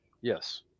Yes